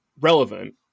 relevant